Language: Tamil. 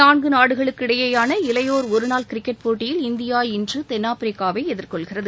நான்கு நாடுகளுக்கு இடையேயான இளையோர் ஒருநாள் கிரிக்கெட் போட்டியில் இந்தியா இன்று தென்னாப்பிரிக்காவை எதிர்கொள்கிறது